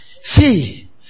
See